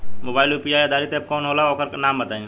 Mobile म UPI आधारित app कौन होला ओकर नाम बताईं?